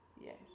Yes